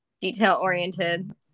Detail-oriented